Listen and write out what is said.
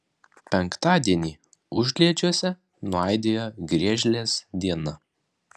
penktadienį užliedžiuose nuaidėjo griežlės diena